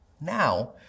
Now